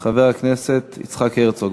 חבר הכנסת יצחק הרצוג.